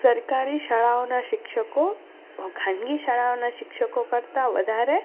સરકારી શાળાઓનાં શિક્ષકો ખાનગી શાળાઓના શિક્ષકો કરતાં વધારે